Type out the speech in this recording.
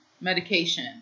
medication